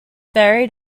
buried